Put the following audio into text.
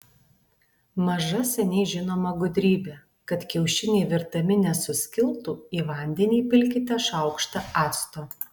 maža seniai žinoma gudrybė kad kiaušiniai virdami nesuskiltų į vandenį įpilkite šaukštą acto